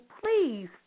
please